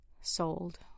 sold